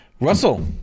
Russell